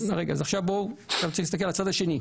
בואו נסתכל על הצד השני.